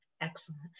Excellent